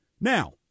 Now